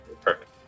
Perfect